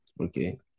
Okay